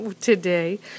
today